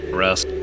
rest